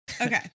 Okay